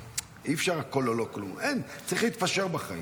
אי-אפשר הכול או לא כלום, צריך להתפשר בחיים.